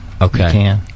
Okay